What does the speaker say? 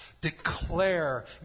Declare